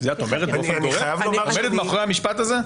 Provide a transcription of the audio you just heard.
--- את עומדת מאחורי המשפט הזה?